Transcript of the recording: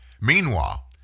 Meanwhile